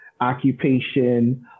occupation